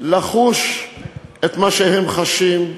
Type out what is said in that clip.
לחוש את מה שהם חשים,